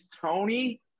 Tony